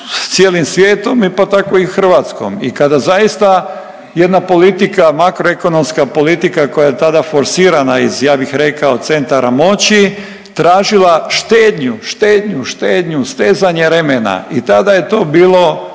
cijelim svijetom, pa tako i Hrvatskom i kada zaista jedna politika, makroekonomska politika koja je tada forsirana iz, ja bih rekao, centara moći, tražila štednju, štednju, štednju, stezanje remena i tada je to bilo,